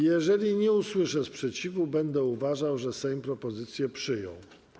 Jeżeli nie usłyszę sprzeciwu, będę uważał, że Sejm propozycję przyjął.